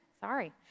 sorry